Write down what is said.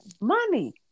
Money